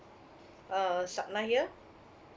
uh supnai here